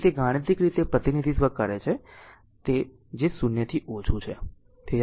તેથી તે ગાણિતિક રીતે પ્રતિનિધિત્વ કરે છે તે તે છે જે 0 થી ઓછું છે